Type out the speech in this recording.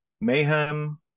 Mayhem